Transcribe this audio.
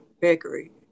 Bakery